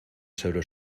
sobre